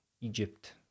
egypt